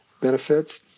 benefits